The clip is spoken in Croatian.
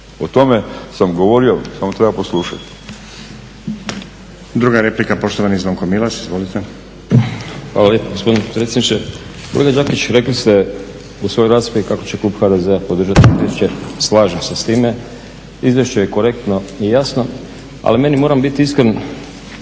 O tome sam govorio, samo treba poslušati. **Stazić, Nenad (SDP)** Druga replika poštovani Zvonko Milas. Izvolite. **Milas, Zvonko (HDZ)** Hvala lijepo gospodine potpredsjedniče. Kolega Đakiću, rekli ste u svojoj raspravi kako će klub HDZ-a podržati ovo izvješće, slažem se s time. Izvješće je korektno i jasno, ali meni moram biti iskren